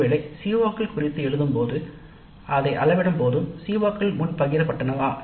ஒருவேளை சிஓக்கள் குறித்து எழுதும் போதும் அதை அளவிடும் போதும் சிஓக்கள் முன் பகிரப்பட்டனவா